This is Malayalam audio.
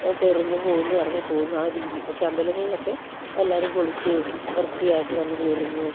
കയറുന്നു പോവുന്നു ഇറങ്ങിപ്പോവുന്നു ആ രീതി പക്ഷേ അമ്പലങ്ങളിലൊക്കെ എല്ലാവരേയും കൊള്ളിച്ച് വൃത്തിയായിട്ട് വന്നു കയറുന്നു